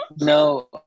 No